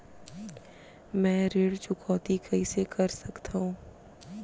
मैं ऋण चुकौती कइसे कर सकथव?